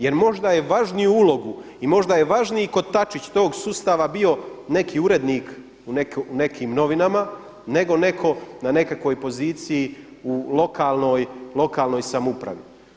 Jer možda je važniju ulogu i možda je važniji kotačić tog sustava bio neki urednik u nekim novinama nego neko na nekakvoj poziciji u lokalnoj samoupravi.